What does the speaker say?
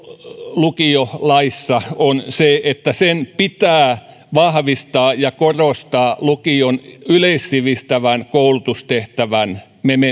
lukiolaissa on tietysti se että sen pitää vahvistaa ja korostaa lukion yleissivistävän koulutustehtävän